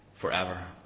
forever